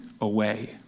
away